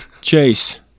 Chase